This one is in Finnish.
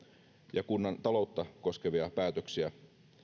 ja kunnan taloutta koskevia päätöksiä